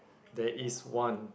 there is one